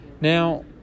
Now